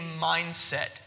mindset